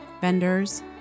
vendors